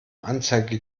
anzeige